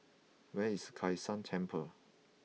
where is Kai San Temple